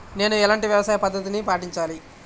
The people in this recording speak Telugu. నేను ఎలాంటి వ్యవసాయ పద్ధతిని పాటించాలి?